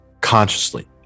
consciously